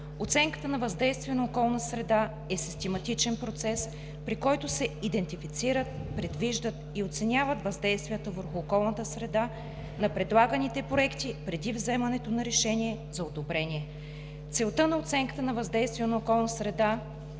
Оценката на въздействието върху околната среда е систематичен процес, при който се идентифицират, предвиждат и оценяват въздействията върху околната среда на предлаганите проекти преди вземането на решение за одобрение. Целта на оценката на въздействието върху околната среда